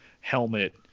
helmet